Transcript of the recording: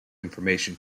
information